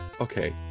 okay